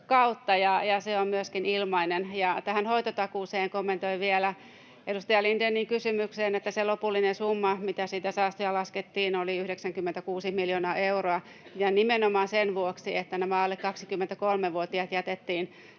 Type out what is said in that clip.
Huru: Kuulitteko, ilmainen!] Ja tähän hoitotakuuseen kommentoin vielä edustaja Lindénin kysymykseen, että se lopullinen summa, mitä siitä säästöjä laskettiin, oli 96 miljoonaa euroa ja nimenomaan sen vuoksi, että nämä alle 23-vuotiaat jätettiin